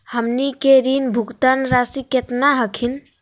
हमनी के ऋण भुगतान रासी केतना हखिन?